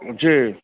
जी